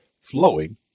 flowing